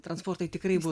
transportui tikrai bus